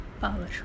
power